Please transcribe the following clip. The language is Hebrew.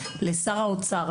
לשר האוצר,